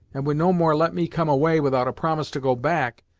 and would no more let me come away, without a promise to go back,